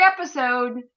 episode